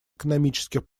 экономических